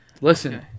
Listen